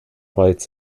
rights